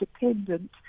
independent